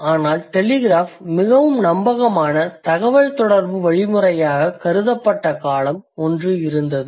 ஆனால் டெலிகிராஃப் மிகவும் நம்பகமான தகவல்தொடர்பு வழிமுறையாகக் கருதப்பட்ட காலம் ஒன்றிருந்தது